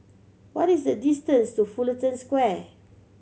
what is the distance to Fullerton Square